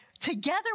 together